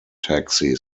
taxi